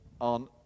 on